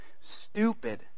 stupid